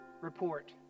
Report